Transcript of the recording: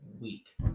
week